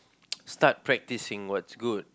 start practicing what's good